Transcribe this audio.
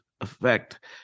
effect